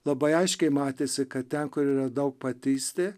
labai aiškiai matėsi kad ten kur yra daugpatystė